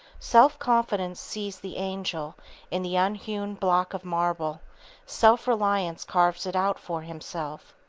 self-confidence sees the angel in the unhewn block of marble self-reliance carves it out for himself.